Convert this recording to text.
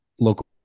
local